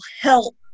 help